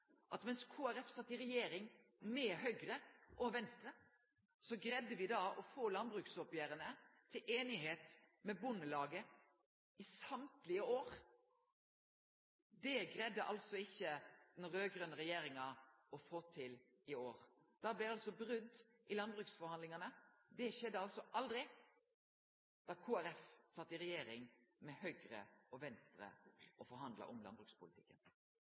at mens Kristeleg Folkeparti sat i regjering med Høgre og Venstre, greidde me å få landbruksoppgjera til i einigheit med Bondelaget i alle år. Det greidde altså ikkje den raud-grøne regjeringa å få til i år. Da blei det altså brot i landbruksforhandlingane. Det skjedde aldri da Kristeleg Folkeparti sat i regjering med Høgre og Venstre og forhandla om landbrukspolitikken.